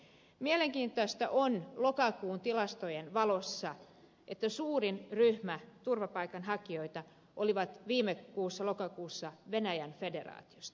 mielenkiintoista on lokakuun tilastojen valossa että suurin ryhmä turvapaikanhakijoita oli viime kuussa lokakuussa venäjän federaatiosta